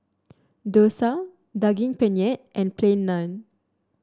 Dosa Daging Penyet and Plain Naan